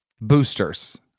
boosters